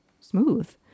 smooth